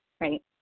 right